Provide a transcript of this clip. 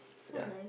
ya